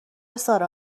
سارا